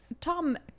Tom